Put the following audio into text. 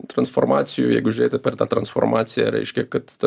transformacijų jeigu žiūrėti per tą transformaciją reiškia kad ta